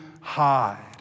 hide